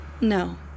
No